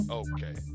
okay